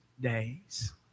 days